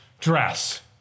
dress